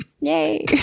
yay